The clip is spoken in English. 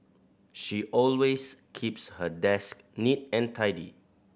she always keeps her desk neat and tidy